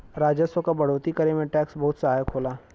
राजस्व क बढ़ोतरी करे में टैक्स बहुत सहायक होला